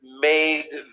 made